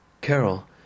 Carol